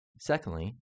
Secondly